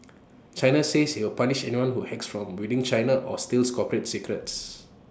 China says IT will punish anyone who hacks from within China or steals corporate secrets